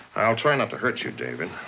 i'll try not to hurt you, david.